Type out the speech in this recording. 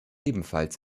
ebenfalls